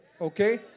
Okay